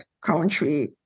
country